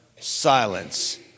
silence